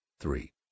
three